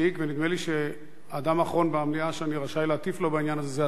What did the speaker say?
ונדמה לי שהאדם האחרון במליאה שאני רשאי להטיף לו בעניין הזה זה אתה,